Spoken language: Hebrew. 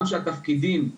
גם שהתפקידים,